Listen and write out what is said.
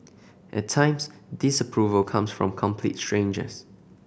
at times disapproval comes from complete strangers